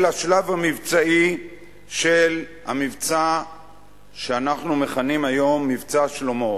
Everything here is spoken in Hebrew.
השלב המבצעי של המבצע שאנחנו מכנים היום "מבצע שלמה".